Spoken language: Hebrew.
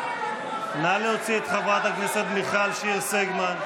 נא להוציא את חברת הכנסת מיכל שיר סגמן.